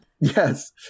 Yes